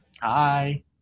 hi